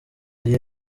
gihe